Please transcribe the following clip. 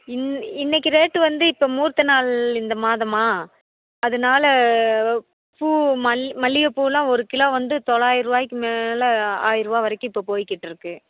இன் இன்னைக்கு ரேட் வந்து இப்போ முகூர்த்த நாள் இந்த மாதம்மா அதனால பூ மல் மல்லிகைப் பூவெல்லாம் ஒரு கிலோ வந்து தொள்ளாயிரம் ரூபாய்க்கி மேலே ஆயிரம் ரூபா வரைக்கும் இப்போ போய்க்கிட்டிருக்கு